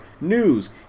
news